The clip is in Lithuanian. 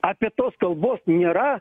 apie tos kalbos nėra